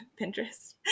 Pinterest